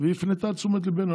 והיא הפנתה את תשומת ליבנו.